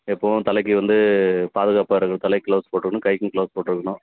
எப்போதும் தலைக்கு வந்து பாதுகாப்பாக இருக்க தலைக்கு க்ளவுஸ் போட்டுக்கணும் கைக்கும் க்ளவுஸ் போட்டுக்கணும்